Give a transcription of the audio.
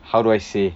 how do I say